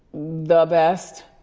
the best.